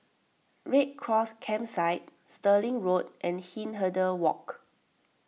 Red Cross Campsite Stirling Road and Hindhede Walk